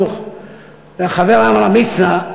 החבר עמרם מצנע,